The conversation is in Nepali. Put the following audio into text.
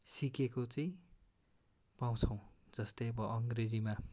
सिकेको चाहिँ पाउँछौँ जस्तै अब अङ्ग्रेजीमा